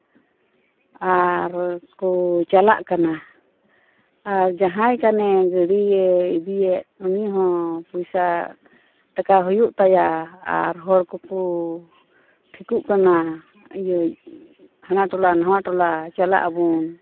ᱟᱨ ᱠᱚ ᱪᱟᱞᱟᱜ ᱠᱟᱱᱟ ᱟᱨ ᱡᱟᱦᱟᱸᱭ ᱠᱟᱱᱮ ᱜᱟᱹᱰᱤᱭᱮ ᱤᱫᱤᱭᱮᱫ ᱩᱱᱤ ᱦᱚᱸ ᱯᱚᱭᱥᱟ ᱴᱟᱠᱟ ᱦᱩᱭᱩᱜ ᱛᱟᱭᱟ ᱟᱨ ᱦᱚᱲ ᱠᱚᱠᱚ ᱴᱷᱤᱠᱚᱜ ᱠᱟᱱᱟ ᱤᱭᱟᱹ ᱦᱟᱱᱟ ᱴᱚᱞᱟ ᱱᱟᱣᱟ ᱴᱚᱞᱟ ᱪᱟᱞᱟᱜ ᱟᱵᱚᱱ